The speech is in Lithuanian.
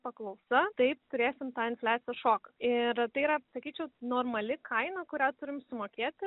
paklausa taip turėsim tą infliacijos šoką ir tai yra sakyčiau normali kaina kurią turim sumokėti